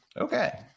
Okay